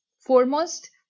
foremost